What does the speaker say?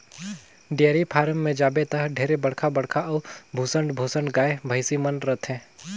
dairy farm में जाबे त ढेरे बड़खा बड़खा अउ भुसंड भुसंड गाय, भइसी मन रथे